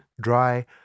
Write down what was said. dry